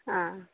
हा